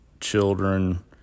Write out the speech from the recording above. children